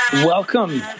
Welcome